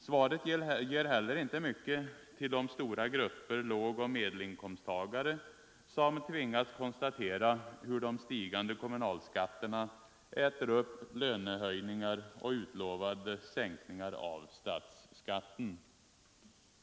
Svaret ger heller inte mycket till de stora grupper lågoch medelinkomsttagare som tvingas konstatera hur de stigande kommunalskatterna äter upp lönehöjningar och utlovade sänkningar av statsskatten.